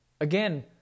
Again